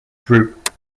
drupe